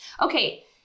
Okay